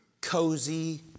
cozy